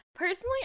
Personally